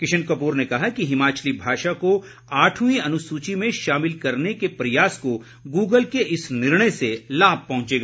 किशन कप्र ने कहा कि हिमाचली भाषा को आठवीं अनुसूची में शामिल करने के प्रयास को गूगल के इस निर्णय से लाभ पहुंचेगा